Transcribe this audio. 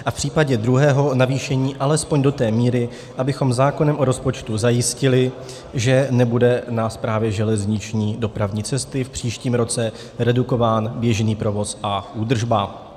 A v případě druhého navýšení alespoň do té míry, abychom zákonem o rozpočtu zajistili, že nebude na Správě železniční dopravní cesty v příštím roce redukován běžný provoz a údržba.